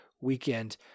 weekend